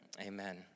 Amen